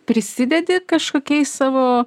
prisidedi kažkokiais savo